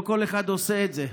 לא כל אחד עושה את זה.